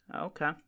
Okay